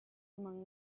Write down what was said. among